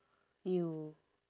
you